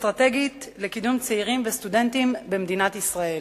החיילים הקרביים הדרוזים והצ'רקסים במתן ההטבה,